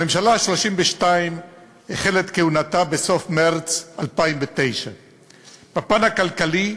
הממשלה ה-32 החלה את כהונתה בסוף מרס 2009. בפן הכלכלי,